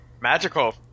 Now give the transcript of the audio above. Magical